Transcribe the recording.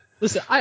listen